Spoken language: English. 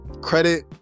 credit